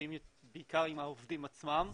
עובדים בעיקר עם העובדים עצמם,